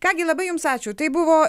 ką gi labai jums ačiū tai buvo